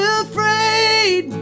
afraid